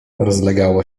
rozlegało